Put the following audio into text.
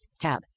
Tab